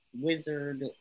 wizard